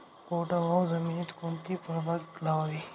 कोरडवाहू जमिनीत कोणती फळबाग लावावी?